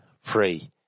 free